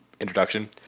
introduction